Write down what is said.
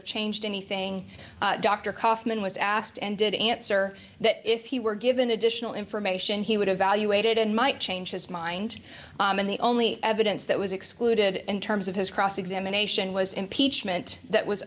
have changed anything dr kaufmann was asked and did answer that if he were given additional information he would evaluate it and might change his mind and the only evidence that was excluded in terms of his cross examination was impeachment that was